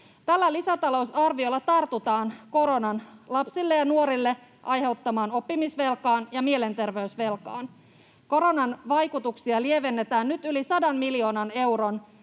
Tällä lisätalousarviolla tartutaan koronan lapsille ja nuorille aiheuttamaan oppimisvelkaan ja mielenterveysvelkaan. Koronan vaikutuksia lievennetään nyt yli 100 miljoonan euron